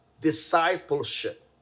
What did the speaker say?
discipleship